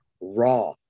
raw